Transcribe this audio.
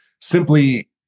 simply